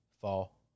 Fall